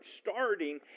starting